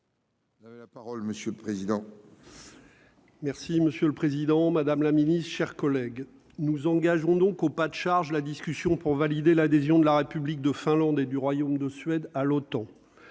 Vous avez la parole monsieur le président. Merci monsieur le Président, Madame la Ministre, chers collègues, nous engageons donc au pas de charge la discussion pour valider l'adhésion de la République de Finlande et du royaume de Suède à l'OTAN,